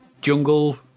jungle